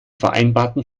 vereinbarten